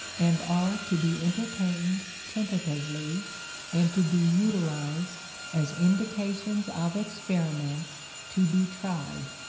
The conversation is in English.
and are to be entertained tentatively and to be utilized as indications of experiments to be tried.